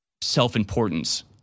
self-importance